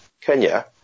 Kenya –